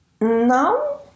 no